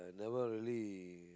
never really